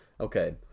Okay